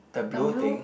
the blue thing